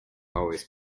always